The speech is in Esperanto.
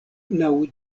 laŭ